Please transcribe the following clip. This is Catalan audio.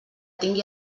tingui